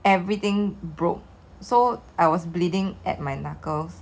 everything broke so I was bleeding at my knuckles